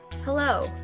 Hello